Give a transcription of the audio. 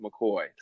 mccoy